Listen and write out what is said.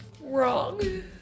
wrong